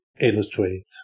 illustrate